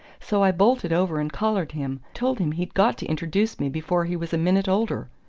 so i bolted over and collared him told him he'd got to introduce me before he was a minute older.